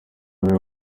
biri